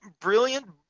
brilliant